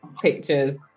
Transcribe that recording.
pictures